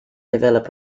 develop